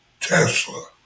Tesla